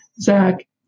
Zach